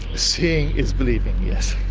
seeing is believing, yes.